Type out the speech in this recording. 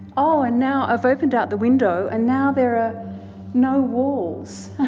oh, and now i've opened out the window and now there are no walls,